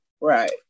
Right